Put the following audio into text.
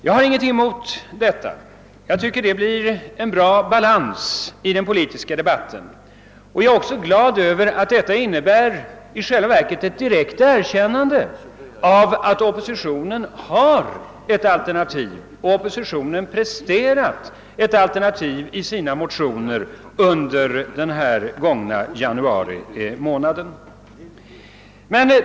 Jag har inget emot detta tillvägagångssätt. Det innebär att det blir en god balans i den politiska debatten. Jag är också glad över det direkta erkännande som detta innebär av att oppositionen har presterat ett alternativ i de motioner :som väcktes under januari månad.